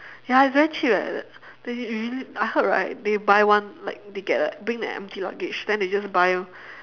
ya it's very cheap leh the they really I heard right they buy one like they get the bring a empty luggage and then they just buy